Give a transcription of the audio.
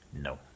No